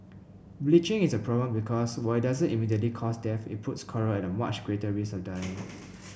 bleaching is a problem because while it doesn't immediately cause death it puts coral at much greater risk of dying